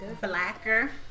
blacker